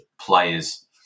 players